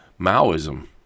Maoism